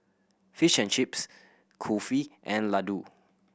Fish and Chips Kulfi and Ladoo